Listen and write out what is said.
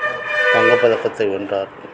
தங்கப் பதக்கத்தை வென்றார்